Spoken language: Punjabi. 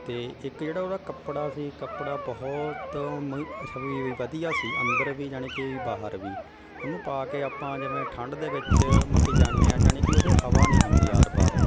ਅਤੇ ਇੱਕ ਜਿਹੜਾ ਉਹਦਾ ਕੱਪੜਾ ਸੀ ਕੱਪੜਾ ਬਹੁਤ ਮ ਅੱਛਾ ਵੀ ਵਧੀਆ ਸੀ ਅੰਦਰ ਵੀ ਯਾਨੀ ਕਿ ਬਾਹਰ ਵੀ ਉਹਨੂੰ ਪਾ ਕੇ ਆਪਾਂ ਜਿਵੇਂ ਠੰਡ ਦੇ ਵਿੱਚ ਮ ਕਿ ਜਾਂਦੇ ਹਾਂ ਯਾਨੀ ਕਿ ਉਹਦੇ ਹਵਾ ਨਹੀਂ ਹੁੰਦੀ ਆਰ ਪਾਰ